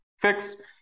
fix